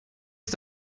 ist